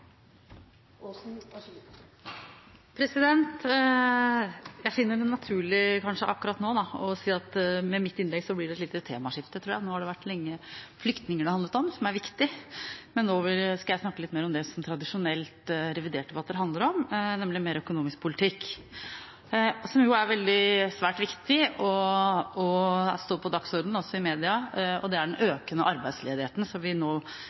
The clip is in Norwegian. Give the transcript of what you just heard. Jeg finner det naturlig akkurat nå å si at med mitt innlegg blir det et lite temaskifte. Nå har det lenge vært flyktninger det har handlet om, som er viktig, men nå skal jeg snakke om det som revidertdebatter tradisjonelt handler om, nemlig økonomisk politikk. Noe som er svært viktig, og som står på dagsordenen også i media, er den økende arbeidsledigheten som vi nå